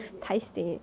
!aiya!